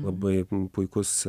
labai puikus